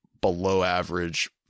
below-average